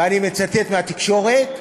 ואני מצטט מהתקשורת: